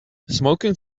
smoking